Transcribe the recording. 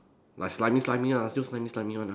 like slimy slimy ah still slimy slimy one ah